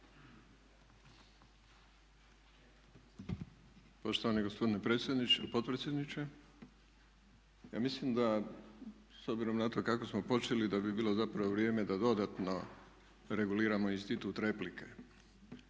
Poštovani gospodine potpredsjedniče, ja mislim da s obzirom na to kako smo počeli da bi bilo zapravo vrijeme da dodatno reguliramo institut replike,